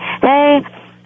hey